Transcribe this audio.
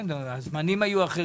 אפשר